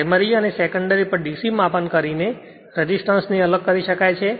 primary અને સેકન્ડરીપર DC માપન કરીને રેસિસ્ટન્સ ને અલગ કરી શકાય છે